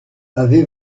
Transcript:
avez